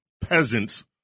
peasants